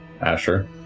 Asher